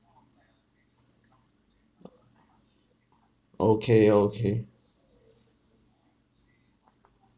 okay okay